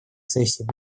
сессией